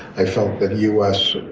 i felt that u. s.